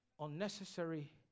Unnecessary